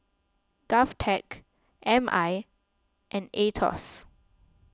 Govtech M I and Aetos